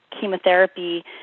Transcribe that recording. chemotherapy